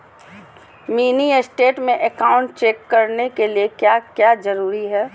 Mini statement में account check करने के लिए क्या क्या जरूरी है?